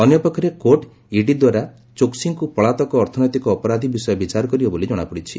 ଅନ୍ୟପକ୍ଷରେ court ED ଦ୍ୱାରା ଚୋକ୍ସିଙ୍କୁ ପଳାତକ ଅର୍ଥନୈତିକ ଅପରାଧି ବିଷୟ ବିଚାର କରିବ ବୋଲି ଜଣାପଡ଼ିଛି